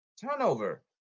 turnover